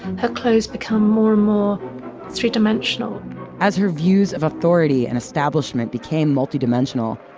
her clothes become more and more three dimensional as her views of authority and establishment became multidimensional,